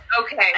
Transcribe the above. Okay